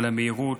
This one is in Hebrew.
על המהירות,